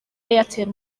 airtel